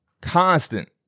constant